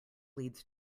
leads